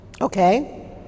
Okay